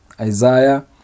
Isaiah